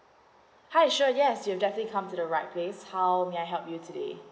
hi sure yes you definitely come to the right place how may I help you today